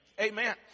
Amen